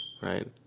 right